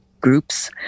groups